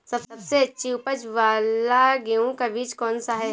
सबसे अच्छी उपज वाला गेहूँ का बीज कौन सा है?